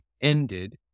ended